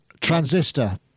Transistor